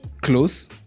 Close